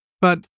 But